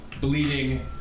bleeding